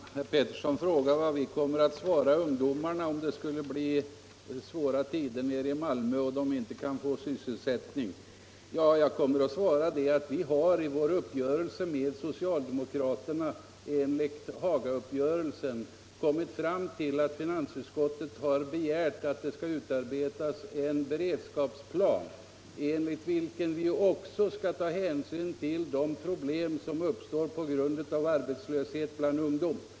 Fru talman! Herr Pettersson i Malmö frågar vad vi kommer att svara ungdomarna om det blir svåra tider nere i Malmö, så att de inte kan få sysselsättning. Jag kommer att svara att vi i Hagauppgörelsen med socialdemokraterna gjort upp om en begäran från finansutskottet om utarbetande av en beredskapsplan, där vi också skall ta hänsyn till de problem som uppstår på grund av arbetslöshet bland ungdom.